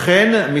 אכן,